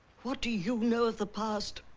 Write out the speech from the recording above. what do you know of the past?